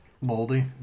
Moldy